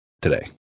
today